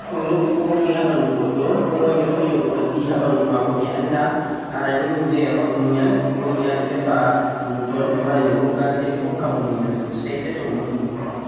to mi annda mi rufi coffee ha ɓanndu goɗɗo, 'ko kuma' mi rufini goɗɗo tea ha ɓanndu maako mi annda, aran ni mi biyan mo waɗu muyal, bo mi yahan mi tefa butol mi wara mi wogga, say mi hokka mo muyal soosay say to o muyi.